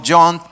John